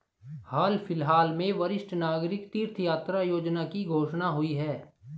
हाल फिलहाल में वरिष्ठ नागरिक तीर्थ यात्रा योजना की घोषणा हुई है